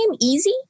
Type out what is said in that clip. easy